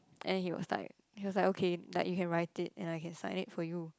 and he was like he was like okay like you can write it and I can sign it for you